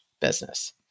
business